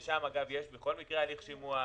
ושם יש בכל מקרה הליך שימוע,